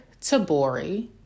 Tabori